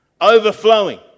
Overflowing